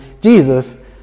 Jesus